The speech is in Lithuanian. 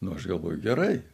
nu aš galvoju gerai